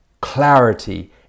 clarity